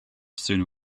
sooner